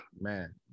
man